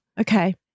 Okay